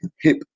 hip